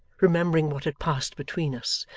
remembering what had passed between us,